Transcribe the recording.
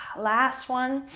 last one.